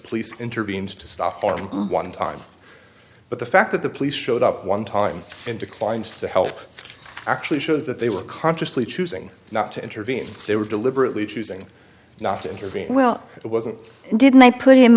police intervened to stop farm one time but the fact that the police showed up one time and declined to help actually shows that they were consciously choosing not to intervene they were deliberately choosing not to intervene well it wasn't didn't they put him